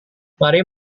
mari